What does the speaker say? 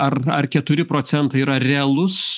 ar ar keturi procentai yra realus